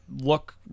look